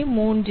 3238